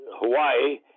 Hawaii